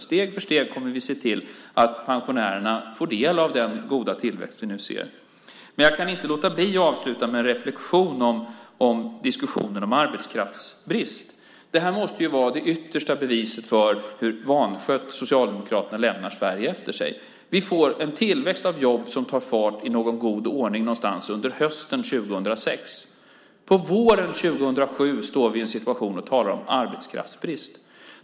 Steg för steg kommer vi att se till att pensionärerna får del av den goda tillväxt vi nu ser. Jag kan inte låta bli att avsluta med en reflexion rörande diskussionen om arbetskraftsbrist. Det här måste ju vara det yttersta beviset för hur vanskött Socialdemokraterna lämnar Sverige efter sig. Vi får en tillväxt av jobb som tar fart i god ordning någon gång under hösten 2006. På våren 2007 står vi i en situation där vi talar om arbetskraftsbrist.